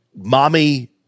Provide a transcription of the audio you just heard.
mommy